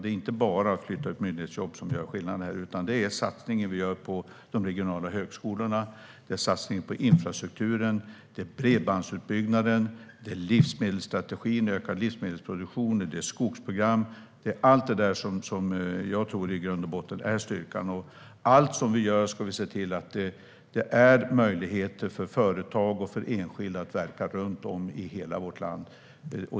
Det är inte bara att flytta ut myndighetsjobb som gör skillnad, utan det är satsningen vi gör på de regionala högskolorna, infrastrukturen, bredbandsutbyggnaden, livsmedelsstrategin med ökad livsmedelsproduktion och skogsprogram - allt detta tror jag i grund och botten är styrkan. Vi ska se till att allt vi gör ger möjligheter för företag och enskilda att verka runt om i hela vårt land.